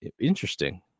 Interesting